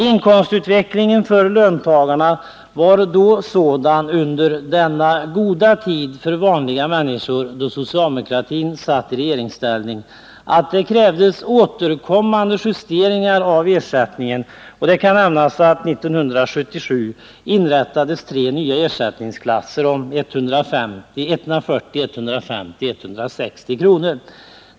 Inkomstutvecklingen för löntagarna var sådan, under den goda tid för vanliga människor då socialdemokratin var i regeringsställning, att det krävdes återkommande justeringar av ersättningen. Det skall nämnas att det 1977 inrättades tre nya ersättningsklasser om 140, 150 och 160 kr.